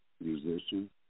musician